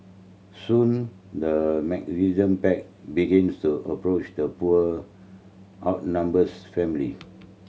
soon the pack begin to approach the poor outnumbers family